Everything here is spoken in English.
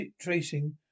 tracing